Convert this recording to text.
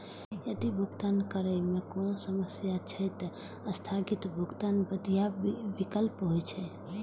यदि भुगतान करै मे कोनो समस्या छै, ते स्थगित भुगतान बढ़िया विकल्प होइ छै